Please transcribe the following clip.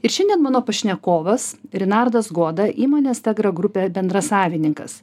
ir šiandien mano pašnekovas renardas goda įmonės tegra grupė bendrasavininkas